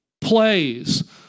plays